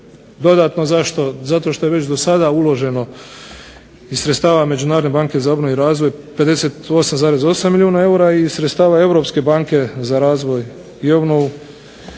Dodatno zašto? Zato što je već do sada uloženo iz sredstava Međunarodne banke za obnovu i razvoju 58,8 milijuna eura i sredstava Europske banke za razvoj i obnovu